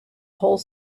whole